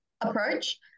approach